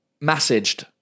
massaged